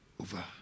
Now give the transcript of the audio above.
over